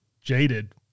jaded